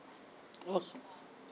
oh